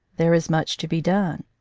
there is much to be done.